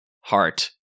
heart